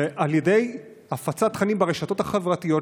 ועל ידי הפצת תכנים ברשתות החברתיות,